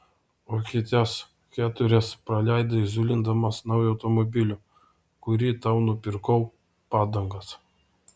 o kitas keturias praleidai zulindamas naujo automobilio kurį tau nupirkau padangas